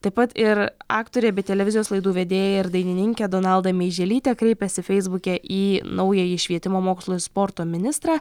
taip pat ir aktorė bei televizijos laidų vedėja ir dainininkė donalda meiželytė kreipėsi feisbuke į naująjį švietimo mokslo ir sporto ministrą